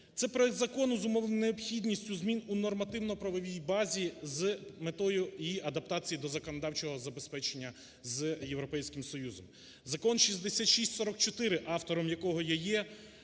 Цей проект закону зумовлений необхідністю змін у нормативно-правовій базі з метою її адаптації до законодавчого забезпечення з Європейським Союзом. Закон 6644, автором якого я є,